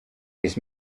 his